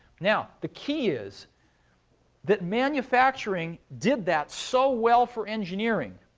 now, the key is that manufacturing did that so well for engineering,